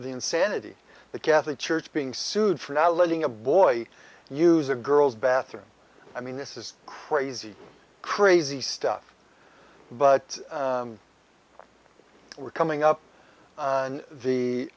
the insanity the catholic church being sued for not letting a boy use a girl's bathroom i mean this is crazy crazy stuff but we're coming up on the